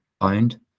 owned